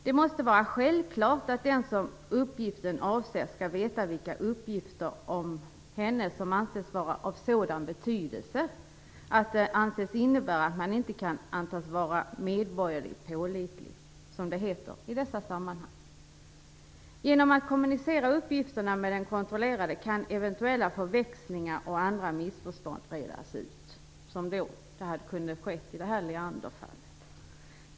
Det måste vara självklart att den som uppgiften avser skall veta vilka uppgifter om henne som anses vara av sådan betydelse att de anses innebära att man inte kan antas vara medborgerligt pålitlig, som det heter i dessa sammanhang. Innan man kommunicerar uppgifterna med den kontrollerade kan eventuella förväxlingar och andra missförstånd redas ut, vilket också kunde ha skett i Leanderfallet.